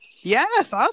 Yes